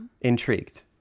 intrigued